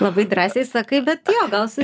labai drąsiai sakai bet jo gal su